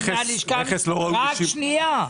--- שנייה,